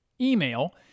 email